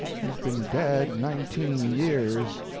she's been dead nineteen years!